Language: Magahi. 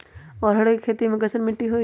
अरहर के खेती मे कैसन मिट्टी होइ?